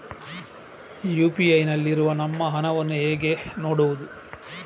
UPI ನಲ್ಲಿ ಇರುವ ನಮ್ಮ ಹಣವನ್ನು ಹೇಗೆ ನೋಡುವುದು?